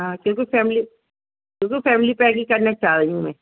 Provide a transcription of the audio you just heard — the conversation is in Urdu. ہاں کیونکہ فیملی کیونکہ فیملی پیک ہی کرنا چاہ رہی ہوں میں